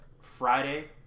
Friday